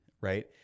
Right